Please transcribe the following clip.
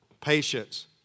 patience